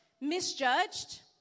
misjudged